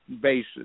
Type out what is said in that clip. basis